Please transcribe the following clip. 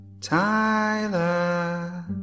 Tyler